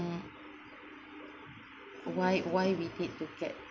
mm why why we need to get